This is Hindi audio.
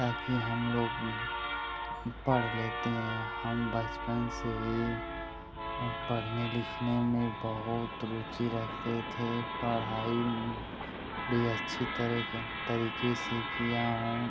ताकि हम लोग पढ़ लेते हैं हम बचपन से यही हम पढ़ने लिखने में बहुत रुचि रखते थे पढ़ाई भी अच्छी तरह के तरीके से किया हूँ